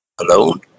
alone